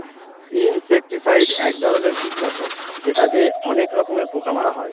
insecticide এক ধরনের কীটনাশক যেটা দিয়ে অনেক রকমের পোকা মারা হয়